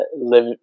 live